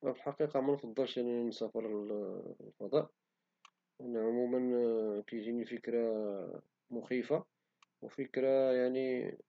في الحقيقة منفضلشي نسافر للفضاء لأن عموما كيجيني فكرة مخيفة وفكرة